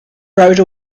rode